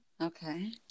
Okay